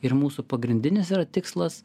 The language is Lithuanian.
ir mūsų pagrindinis yra tikslas